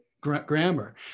grammar